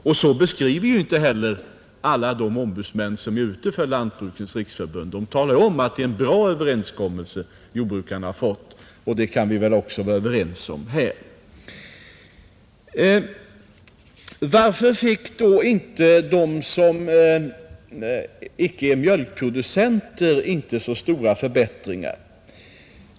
Den beskrivningen begagnar inte heller ombudsmännen i Lantbrukarnas riksförbund, De talar om att det är en bra överenskommelse som jordbrukarna har fått, och det kan vi väl också vara ense om här. Varför fick då de som inte är mjölkproducenter inte så stora förbättringar?